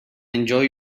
enjoy